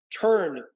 turn